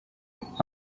ehk